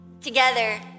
Together